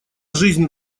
жизнь